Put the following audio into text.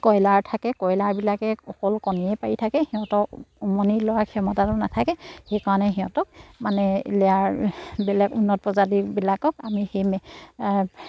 কয়লাৰ থাকে কয়লাৰবিলাকে অকল কণীয়ে পৰি থাকে সিহঁতক উমনি লোৱা ক্ষমতাটো নাথাকে সেইকাৰণে সিহঁতক মানে লেয়াৰ বেলেগ উন্নত প্ৰজাতিবিলাকক আমি সেই